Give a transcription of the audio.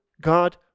God